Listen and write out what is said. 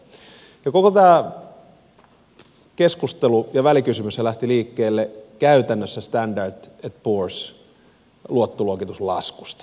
koko tämä keskustelu ja välikysymyshän lähti liikkeelle käytännössä standard poorsin luottoluokituslaskusta